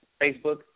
Facebook